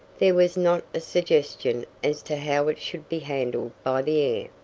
there was not a suggestion as to how it should be handled by the